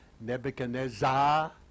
Nebuchadnezzar